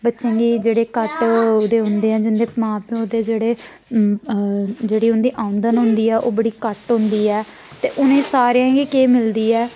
बच्चें गी जेह्ड़े घट्ट ओह्दे उं'दे ऐ जिंदे मां प्यो दे जेह्ड़े जेह्ड़ी उंदी औंदन होंदी ऐ ओह् बड़ी घट्ट होंदी ऐ ते उ'नेंगी सारें गी केह् मिलदी ऐ